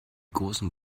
großen